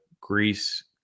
Greece